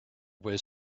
was